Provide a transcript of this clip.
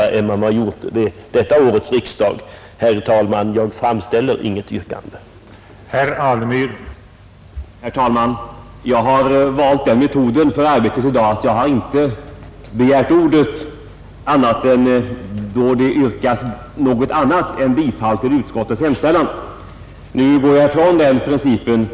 Det finns ingen anledning att yrka bifall till motionen.